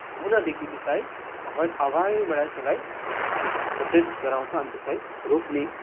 हुनदेखि त्यसलाई अगा अगाडिबाट त्यसलाई सचेत गराउँछ अनि त्यसलाई रोक्ने